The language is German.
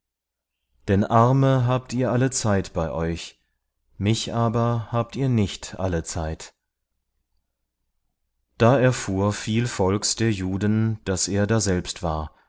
denn arme habt ihr allezeit bei euch mich aber habt ihr nicht allezeit da erfuhr viel volks der juden daß er daselbst war